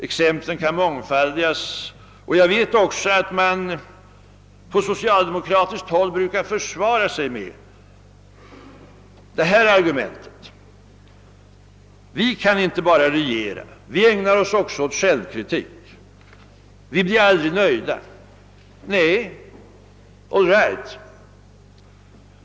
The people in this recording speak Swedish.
Exemplen kan mångfaldigas, och jag vet att man på socialdemokratiskt håll brukar försvara sig med argumentet: Vi kan inte bara regera, vi ägnar oss också åt självkritik. Vi blir aldrig nöjda. Nej, all right.